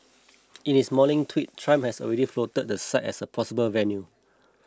in his morning tweet Trump had already floated the site as a possible venue